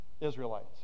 Israelites